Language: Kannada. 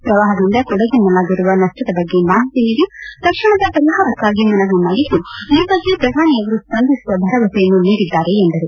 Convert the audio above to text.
ಪ್ರವಾಪದಿಂದ ಕೊಡಗಿನಲ್ಲಾಗಿರುವ ನಷ್ಷದ ಬಗ್ಗೆ ಮಾಹಿತಿ ನೀಡಿ ತಕ್ಷಣದ ಪರಿಹಾರಕ್ಷಾಗಿ ಮನವಿ ಮಾಡಿದ್ದು ಈ ಬಗ್ಗೆ ಪ್ರಧಾನಿಯವರು ಸ್ವಂದಿಸುವ ಭರವಸೆಯನ್ನು ನೀಡಿದ್ದಾರೆ ಎಂದರು